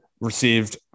received